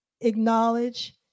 acknowledge